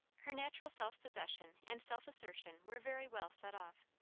her natural self-possession and self-assertion were very well set off.